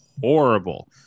horrible